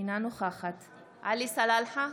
אינה נוכחת עלי סלאלחה,